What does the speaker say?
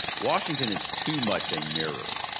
bwashington is too much a mirror.